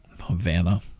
Havana